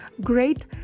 great